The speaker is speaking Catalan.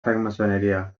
francmaçoneria